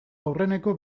aurreneko